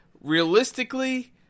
realistically